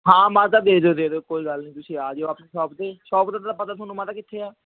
ਹਾਂ ਮਾਤਾ ਦੇ ਦਿਓ ਦੇ ਦਿਓ ਕੋਈ ਗੱਲ ਨਹੀਂ ਤੁਸੀਂ ਆ ਜਿਓ ਆਪਣੀ ਸ਼ੌਪ 'ਤੇ ਸ਼ੌਪ ਦਾ ਤਾਂ ਪਤਾ ਤੁਹਾਨੂੰ ਮਾਤਾ ਕਿੱਥੇ ਆ